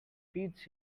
feeds